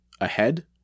ahead